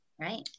Right